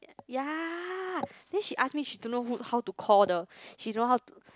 yea then she ask me she don't know who how to call the she don't know how to